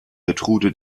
gertrude